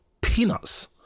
peanuts